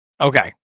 Okay